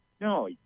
no